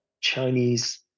Chinese